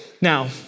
Now